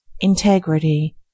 Integrity